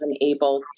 unable